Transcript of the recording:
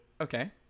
Okay